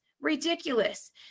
ridiculous